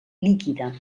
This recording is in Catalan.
líquida